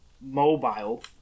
mobile